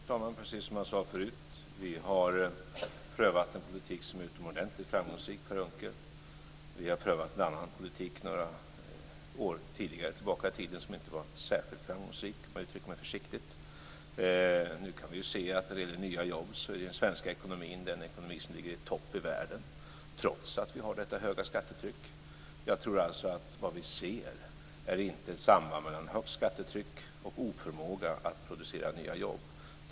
Fru talman! Precis som jag sade förut har vi prövat en politik som är utomordentligt framgångsrik, Per Unckel! Vi prövade en annan politik några år tidigare tillbaka i tiden som inte var särskilt framgångsrik - försiktigt uttryckt. Nu kan vi när det gäller nya jobb se att den svenska ekonomin är den ekonomi som ligger i topp i världen, trots att vi har detta höga skattetryck. Jag tror alltså att vad vi ser inte är ett samband mellan högt skattetryck och oförmåga att producera nya jobb.